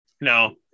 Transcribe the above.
No